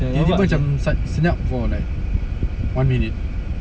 tiba macam sat senyap for like one minute okay they have a rule lah